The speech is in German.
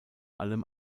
allem